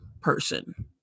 person